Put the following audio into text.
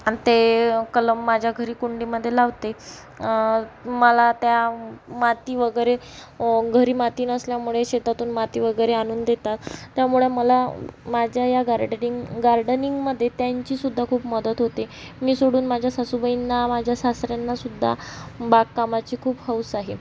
आणि ते कलम माझ्या घरी कुंडीमध्ये लावते मला त्या माती वगैरे घरी माती नसल्यामुळे शेतातून माती वगैरे आणून देतात त्यामुळं मला माझ्या या गार्डनिंग गार्डनिंगमध्ये त्यांचीसुद्धा खूप मदत होते मी सोडून माझ्या सासूबाईंना माझ्या सासऱ्यांनासुद्धा बागकामाची खूप हौस आहे